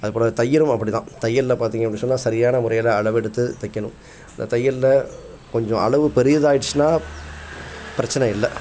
அதுபோல் தையலும் அப்படி தான் தையல்ல பார்த்திங்க அப்படின்னு சொன்னால் சரியான முறையில் அளவெடுத்து தைக்கணும் அந்த தையல்ல கொஞ்சம் அளவு பெரியதாயிடுச்சுனால் பிரச்சனை இல்லை